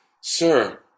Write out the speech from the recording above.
sir